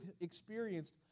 experienced